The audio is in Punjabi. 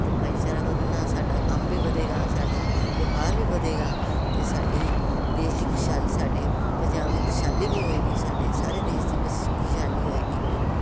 ਤੇ ਭਾਈਚਾਰਾ ਵਧਣ ਨਾਲ ਸਾਡਾ ਕੰਮ ਵੀ ਵਧੇਗਾ ਸਾਡਾ ਵਪਾਰ ਵੀ ਵਧੇਗਾ ਤੇ ਸਾਡੀ ਦੇਸ਼ ਦੀ ਖੁਸ਼ਹਾਲੀ ਸਾਡੇ ਪੰਜਾਬ ਦੀ ਖੁਸ਼ਹਾਲੀ ਵੀ ਹੋਏਗੀ ਸਾਡੇ ਸਾਰੇ ਦੇਸ਼ ਦੀ ਖੁਸ਼ਹਾਲੀ ਹੋਏਗੀ ਬੜੀ